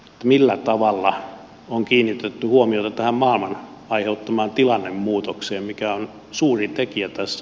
millä tavalla on kiinnitetty huomiota tähän maailman aiheuttamaan tilannemuutokseen mikä on suuri tekijä tässä